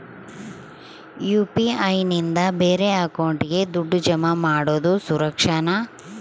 UPI ನಿಂದ ಬೇರೆ ಅಕೌಂಟಿಗೆ ದುಡ್ಡು ಜಮಾ ಮಾಡೋದು ಸುರಕ್ಷಾನಾ?